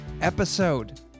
episode